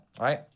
right